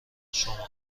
شما